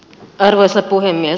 arvoisa puhemies